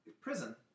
prison